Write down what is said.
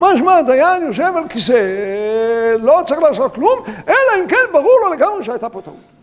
מה שמע, דיין יושב על כיסא, לא צריך לעשות כלום, אלא אם כן ברור לו לגמרי שהייתה פה טעות.